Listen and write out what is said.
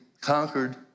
conquered